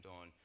on